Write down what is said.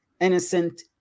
innocent